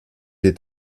est